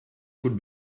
could